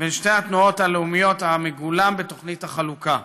בין שתי התנועות הלאומיות המגולם בתוכנית החלוקה.